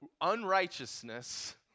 unrighteousness